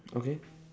okay